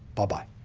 bye-bye.